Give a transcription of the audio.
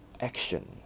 action